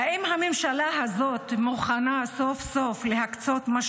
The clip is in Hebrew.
האם הממשלה הזאת מוכנה סוף-סוף להקצות את